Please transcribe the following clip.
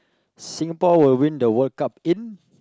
Singapore will win the World Cup in